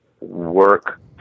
work